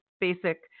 basic